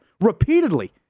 repeatedly